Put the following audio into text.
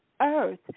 earth